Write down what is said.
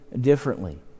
differently